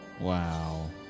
Wow